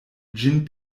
ĝin